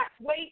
wait